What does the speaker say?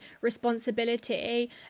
responsibility